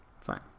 fine